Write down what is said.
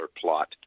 plot